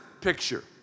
picture